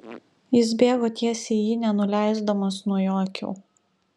jis bėgo tiesiai į jį nenuleisdamas nuo jo akių